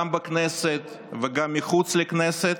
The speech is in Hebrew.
גם בכנסת וגם מחוץ לכנסת.